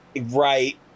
Right